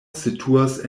situas